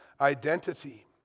identity